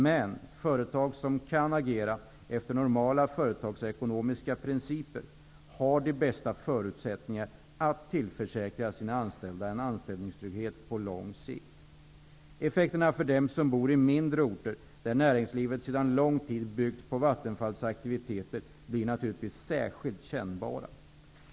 Men företag som kan agera efter normala företagsekonomiska principer har de bästa förutsättningarna att tillförsäkra sina anställda en anställningstrygghet på lång sikt. Effekterna för dem som bor i mindre orter där näringslivet sedan lång tid byggt på Vattenfalls aktiviteter blir naturligtvis särskilt kännbara.